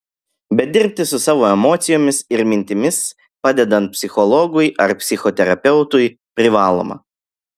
bet dirbti su savo emocijomis ir mintimis padedant psichologui ar psichoterapeutui privaloma